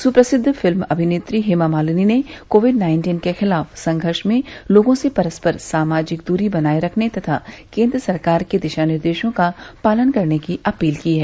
सुप्रसिद्ध फिल्म अभिनेत्री हेमा मालिनी ने कोविड नाइन्टीन के खिलाफ संघर्ष में लोगों से परस्पर सामाजिक दूरी बनाये रखने तथा केंद्र सरकार के दिशा निर्देशों का पालन करने की अपील की है